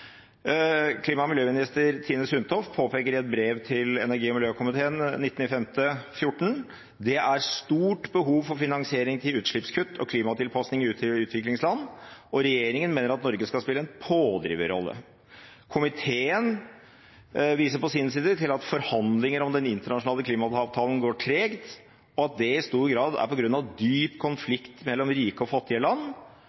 Klima- og miljøminister Tine Sundtoft påpeker i et brev til energi- og miljøkomiteen 19. mai 2014: «Det er et stort behov for finansiering til utslippskutt og klimatilpasning i utviklingsland.» Videre står det at regjeringen mener at «Norge skal spille en pådriverrolle». Komiteen viser på sin side til at forhandlinger om den internasjonale klimaavtalen går tregt, og at det i stor grad er på grunn av dyp